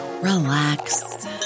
relax